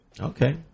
Okay